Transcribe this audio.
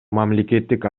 мамлекеттик